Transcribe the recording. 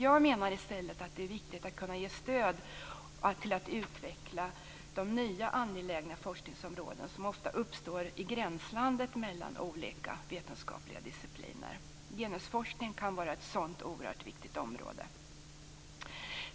Jag menar i stället att det är viktigt att kunna ge stöd till att utveckla de nya angelägna forskningsområden som ofta uppstår i gränslandet mellan olika vetenskapliga discipliner. Genusforskningen kan vara ett sådant oerhört viktigt område.